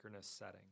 setting